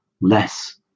less